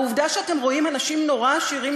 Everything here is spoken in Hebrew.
העובדה שאתם רואים אנשים נורא עשירים